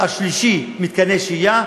השלישי, מתקני שהייה.